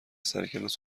سرکلاس